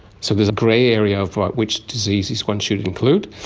so there's a grey area of but which diseases one should include,